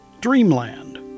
Dreamland